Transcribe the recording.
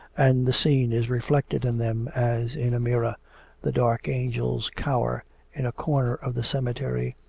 and the scene is reflected in them as in a mirror the dark angels cower in a corner of the cemetery,